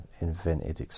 Invented